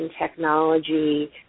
technology